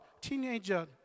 teenager